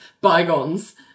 bygones